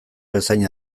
bezain